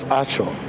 actual